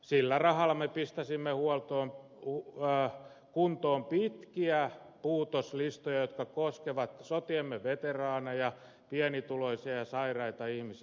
sillä rahalla me pistäisimme kuntoon pitkiä puutoslistoja jotka koskevat sotiemme veteraaneja pienituloisia ja sairaita ihmisiä